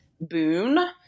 boon